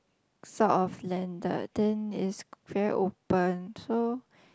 sort of landed then it's very open so